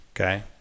Okay